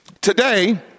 today